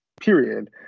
period